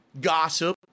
gossip